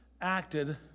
acted